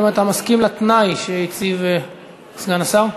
האם אתה מסכים לתנאי שהציב סגן השר?